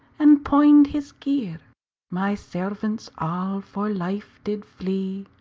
and poined his gear my servants all for life did flee,